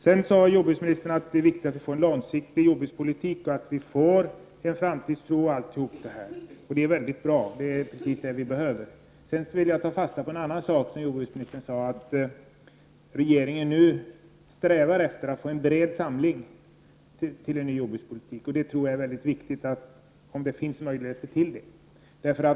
Sedan sade jordbruksministern att det är viktigt att vi får en långsiktig jordbrukspolitik och att vi får framtidstro. Det är mycket bra, det är precis det vi behöver. Jag vill också ta fasta på en annan sak som jordbruksministern sade — att regeringen nu strävar efter att få en bred samling kring en ny jordbrukspolitik. Det tror jag är mycket viktigt, om det finns möjligheter till detta.